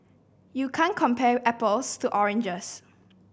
you can't compare apples to oranges